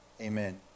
amen